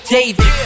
David